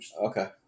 Okay